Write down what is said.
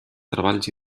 treballs